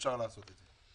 שאפשר לעשות את זה.